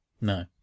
No